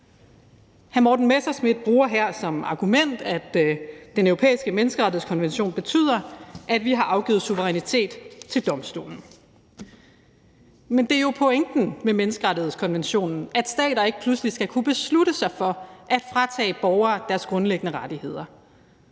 Hr. Morten Messerschmidt bruger som argument, at Den Europæiske Menneskerettighedskonvention betyder, at vi har afgivet suverænitet til domstolen. Men det er jo pointen med menneskerettighedskonventionen, at stater ikke pludselig skal kunne beslutte sig for at fratage borgere deres grundlæggende rettigheder.